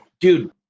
dude